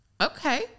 Okay